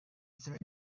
third